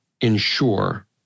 ensure